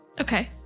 Okay